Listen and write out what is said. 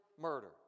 murder